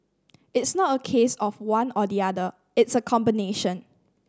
it's not a case of one or the other it's a combination